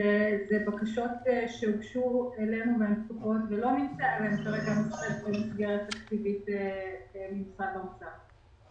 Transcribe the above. בבקשות שהוגשו אלינו ולא נמצאה להם כרגע --- תקציבית במשרד האוצר.